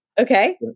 Okay